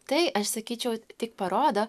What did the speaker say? tai aš sakyčiau tik parodo